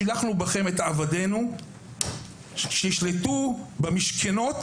שילחנו בכם את עבדינו שישלטו במשכנות